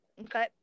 Okay